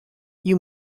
you